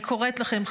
אני קוראת לכם,